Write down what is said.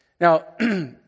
Now